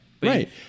right